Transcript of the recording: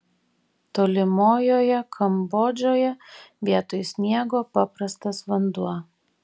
tolimojoje kambodžoje vietoj sniego paprastas vanduo